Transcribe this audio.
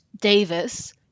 Davis